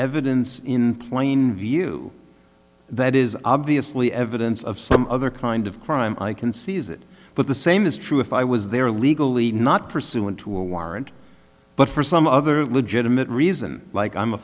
evidence in plain view that is obviously evidence of some other kind of crime i can seize it but the same is true if i was there legally not pursuant to a warrant but for some other legitimate reason like i'm a